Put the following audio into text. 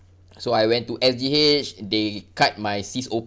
so I went to S_G_H they cut my cyst open